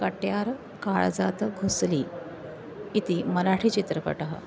कट्यार् काळजात् घुस्ली इति मराठिचित्रपटः